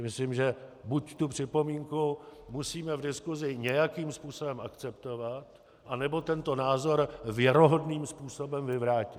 Myslím si, že buď tu připomínku musíme v diskusi nějakým způsobem akceptovat, anebo tento názor věrohodným způsobem vyvrátit.